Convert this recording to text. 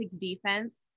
defense